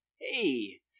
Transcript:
hey